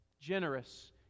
generous